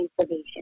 information